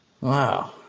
Wow